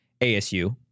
ASU